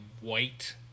white